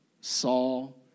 Saul